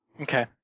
Okay